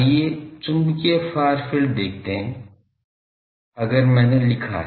आईये चुंबकीय far field देखते है अगर मैंने लिखा है